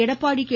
Edappadi K